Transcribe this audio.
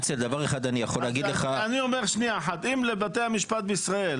אם לבתי המשפט בישראל,